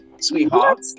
sweetheart